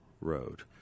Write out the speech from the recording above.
Road